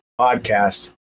podcast